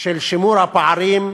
של שימור הפערים,